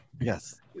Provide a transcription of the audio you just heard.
Yes